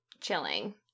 chilling